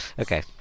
Okay